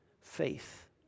faith